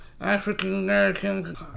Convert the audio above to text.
African-Americans